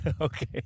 Okay